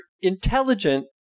intelligent